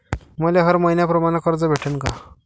मले हर मईन्याप्रमाणं कर्ज भेटन का?